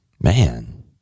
man